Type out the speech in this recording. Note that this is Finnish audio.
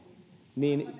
niin